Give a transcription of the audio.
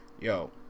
yo